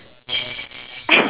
bakugan